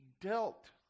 dealt